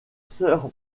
sir